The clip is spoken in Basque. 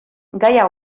gaia